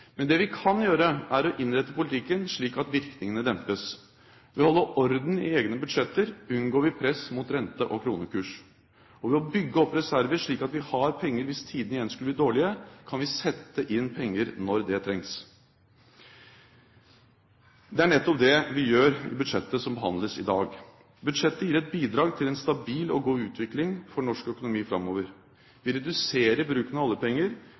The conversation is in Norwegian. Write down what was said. Men det vi kan gjøre, er å innrette politikken slik at virkningene dempes. Ved å holde orden i egne budsjetter unngår vi press mot rente og kronekurs, og ved å bygge opp reserver, slik at vi har penger hvis tidene igjen skulle bli dårlige, kan vi sette inn penger når det trengs. Det er nettopp det vi gjør i budsjettet som behandles i dag. Budsjettet gir et bidrag til en stabil og god utvikling for norsk økonomi framover. Vi reduserer bruken av